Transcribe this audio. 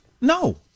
No